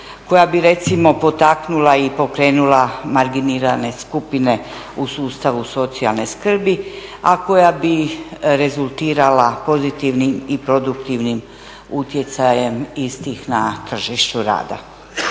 koja bi recimo potaknula i pokrenula marginalizirane skupine u sustavu socijalne skrbi, a koja bi rezultirala pozitivnim i produktivnim utjecajem istih na tržištu rada.